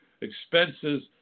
expenses